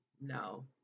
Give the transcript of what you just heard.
no